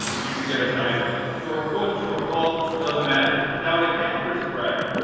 you can get assigned early. short put, short call, doesn't matter. now, in a calendar spread,